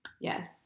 yes